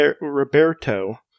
roberto